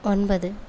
ஒன்பது